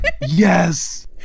Yes